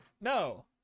No